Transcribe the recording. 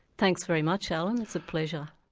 thanks very much alan, it's a pleasure.